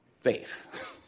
faith